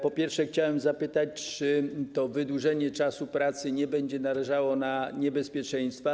Po pierwsze, chciałem zapytać, czy to wydłużenie czasu pracy nie będzie narażało na niebezpieczeństwa.